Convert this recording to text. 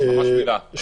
ממש מילה?